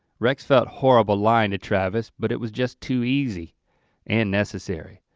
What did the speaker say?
rex felt horrible lying to travis, but it was just too easy and necessary.